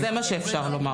זה מה שאפשר לומר.